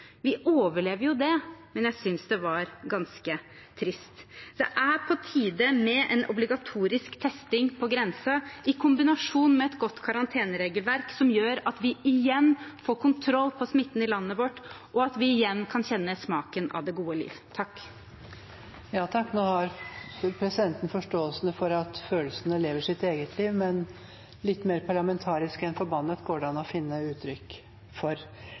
Vi overlever det, men jeg syntes det var ganske trist. Det er på tide med en obligatorisk testing på grensen, i kombinasjon med et godt karanteneregelverk som gjør at vi igjen får kontroll på smitten i landet vårt, og at vi igjen kan kjenne smaken av det gode livet. Presidenten har forståelse for at følelsene lever sitt eget liv, men et litt mer parlamentarisk uttrykk enn «forbannet» går det an å finne.